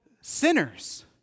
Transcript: sinners